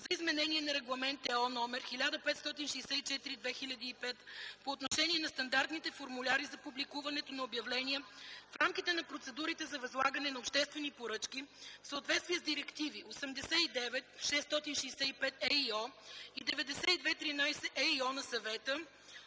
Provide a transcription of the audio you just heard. за изменение на Регламент (ЕО) № 1564/2005 по отношение на стандартните формуляри за публикуването на обявления в рамките на процедурите за възлагане на обществени поръчки в съответствие с директиви 89/665/ЕИО и 92/13/ЕИО на Съвета